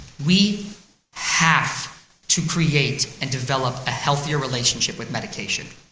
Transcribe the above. we have to create and develop a healthier relationship with medication.